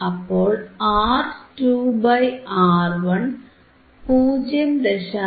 അപ്പോൾ R2 by R1 0